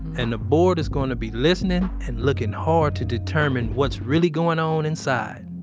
and the board is going to be listening and looking hard to determine what's really going on inside